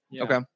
Okay